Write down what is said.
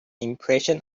impression